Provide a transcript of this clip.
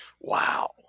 Wow